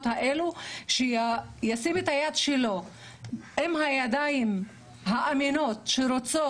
האלו שישים את ידו עם הידיים האמינות שרוצות